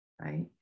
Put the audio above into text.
Right